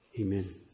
Amen